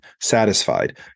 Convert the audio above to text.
satisfied